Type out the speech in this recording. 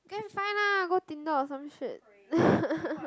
go and find lah go Tinder or some shit